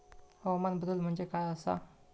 हवामान बदल म्हणजे काय आसा?